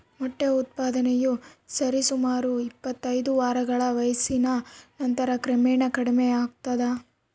ಮೊಟ್ಟೆ ಉತ್ಪಾದನೆಯು ಸರಿಸುಮಾರು ಇಪ್ಪತ್ತೈದು ವಾರಗಳ ವಯಸ್ಸಿನ ನಂತರ ಕ್ರಮೇಣ ಕಡಿಮೆಯಾಗ್ತದ